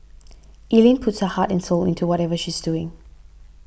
Ellen puts her heart and soul into whatever she's doing